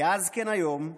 כאז כן היום,